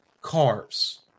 cars